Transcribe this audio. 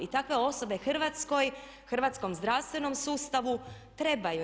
I takve osobe Hrvatskoj, hrvatskom zdravstvenom sustavu trebaju.